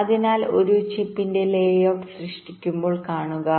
അതിനാൽ ഒരു ചിപ്പിന്റെ ലേഔട്ട് സൃഷ്ടിക്കുമ്പോൾ കാണുക